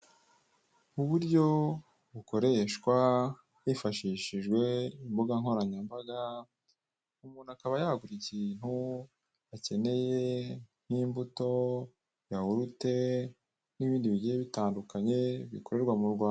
Uburyo bukoreshwa hifashishijwe imbugankoranyambaga buri muntu akaba yagura ikitu, akeneye harimo imbuto, yahurute n'ibindi bigiye bitandukanye bikorerwa mu ruganda.